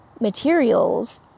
materials